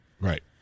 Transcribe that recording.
Right